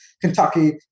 Kentucky